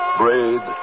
braid